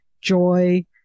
joy